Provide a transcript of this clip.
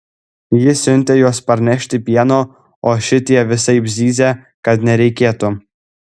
ji siuntė juos parnešti pieno o šitie visaip zyzė kad nereikėtų